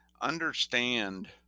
understand